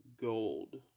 gold